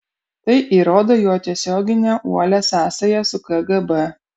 tai įrodo jo tiesioginę uolią sąsają su kgb